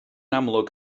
amlwg